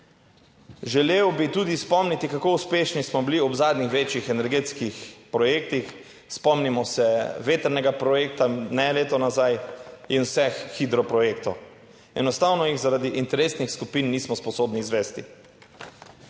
Želel bi tudi spomniti, kako uspešni smo bili ob zadnjih večjih energetskih projektih, spomnimo se vetrnega projekta ne leto nazaj, in vseh hidroprojektov. Enostavno jih zaradi interesnih skupin nismo sposobni izvesti.